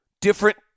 different